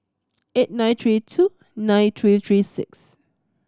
eight nine three two nine three three six